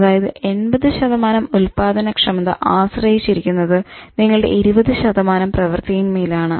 അതായത് നിങ്ങളുടെ 80 ഉത്പാദനക്ഷമത ആശ്രയിച്ചിരുന്നത് നിങ്ങളുടെ 20 പ്രവൃത്തിയിന്മേലാണ്